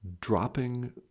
dropping